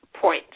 point